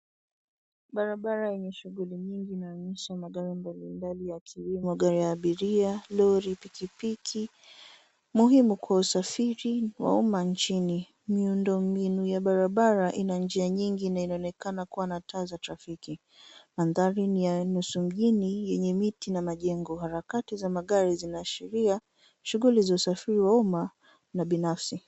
Barabara yenye shughuli mingi inaonyesha magari mbalimbali ya kilimo, gari ya abiria, lori, pikipiki, muhimu kwa usafiri wa umma nchini. Miundombinu ya barabara ina njia nyingi inayoonekana kuwa na taa za trafiki. Mandhari ni ya nusu mjini yenye miti na majengo. Harakati za magari zinaashiria shughuli za usafiri wa umma na binafsi.